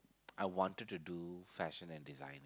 I wanted to do fashion and design